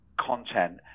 content